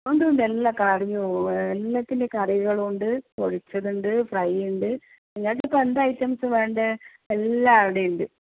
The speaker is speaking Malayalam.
ഉണ്ട് ഉണ്ട് എല്ലാ കറിയും എല്ലാത്തിൻ്റെയും കറികളും ഉണ്ട് പൊരിച്ചത് ഉണ്ട് ഫ്രൈ ഉണ്ട് നിങ്ങൾക്ക് ഇപ്പോൾ എന്ത് ഐറ്റംസാണ് വേണ്ടത് എല്ലാം അവിടെ ഉണ്ട്